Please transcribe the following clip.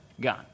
Gone